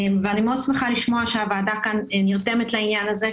אני שמחה מאוד לשמוע שהוועדה כאן נרתמת לעניין הזה.